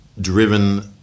driven